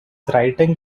writing